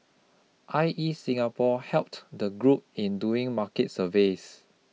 I E Singapore helped the group in doing market surveys